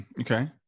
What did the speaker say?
Okay